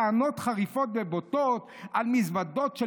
טענות חריפות ובוטות על מזוודות של